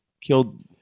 killed